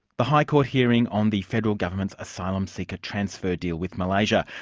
the high court hearing on the federal government's asylum seeker transfer deal with malaysia.